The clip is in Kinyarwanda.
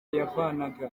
yavanaga